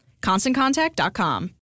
ConstantContact.com